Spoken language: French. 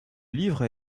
livre